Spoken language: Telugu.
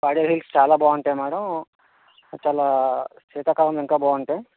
పాడేరు హిల్స్ చాలా బాగుంటాయి మ్యాడమ్ అసలా శీతాకాలం ఇంకా బాగుంటాయి